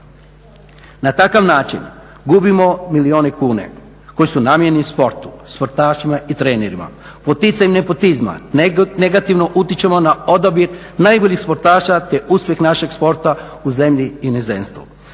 Na takav način gubimo milijune kuna koji su namijenjeni sportu, sportašima i trenerima. Poticanjem nepotizma negativno utječemo na odabir najboljih sportaša te uspjeh našeg sporta u zemlji i inozemstvu.